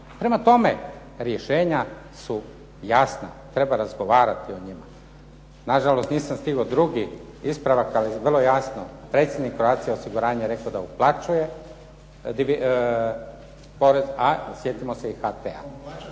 Prema tome, rješenja su jasna. Treba razgovarati o njima. Na žalost nisam stigao drugi ispravak, ali vrlo jasno, predsjednik Croatia osiguranja je rekao da uplaćuje porez, a sjetimo se i HT-a.